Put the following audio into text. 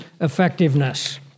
effectiveness